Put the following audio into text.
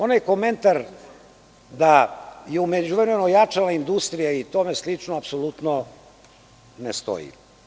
Onaj komentar da je u međuvremenu ojačala industrija i tome slično apsolutno ne stoji.